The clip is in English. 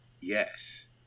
Yes